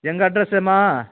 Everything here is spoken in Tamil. எங்கள் அட்ரெஸ்ஸு எம்மா